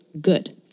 good